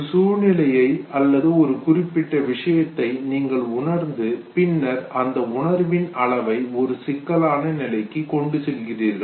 ஒரு சூழ்நிலையை அல்லது ஒரு குறிப்பிட்ட விஷயத்தை நீங்கள் உணர்ந்து பின்னர் அந்த உணர்வின் அளவை ஒரு சிக்கலான நிலைக்கு கொண்டு செல்கிறீர்கள்